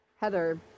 Heather